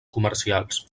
comercials